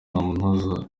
ntamunoza